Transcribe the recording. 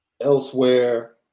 elsewhere